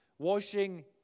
washing